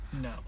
No